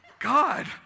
God